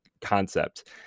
concept